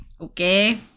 Okay